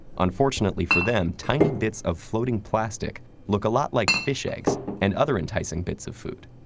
unfortunately for them, tiny bits of floating plastic look a lot like fish eggs and other enticing bits of food.